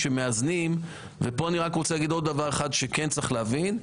שמאזנים -- פה אני רוצה להגיד עוד דבר אחד שכן צריך להבין.